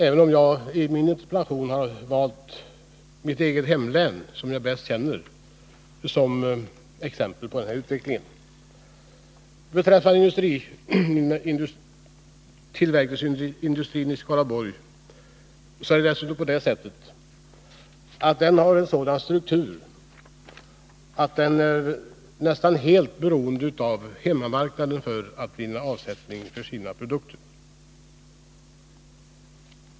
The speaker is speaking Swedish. I min interpellation har jag valt mitt eget hemlän, som jag bäst känner till, som exempel på den här utvecklingen. Vad beträffar tillverkningsindustrin i Skaraborgs län är det dessutom på det sättet att den har en sådan struktur att den är nästan helt beroende av hemmamarknaden för att vinna avsättning för sina produkter.